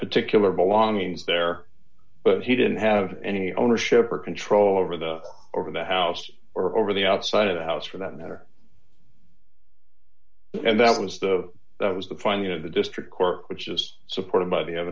particular belongings there but he didn't have any ownership or control over the over the house or over the outside of the house for that matter and that was the that was the finding of the district court which is supported by the